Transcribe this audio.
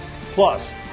Plus